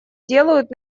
делают